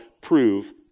prove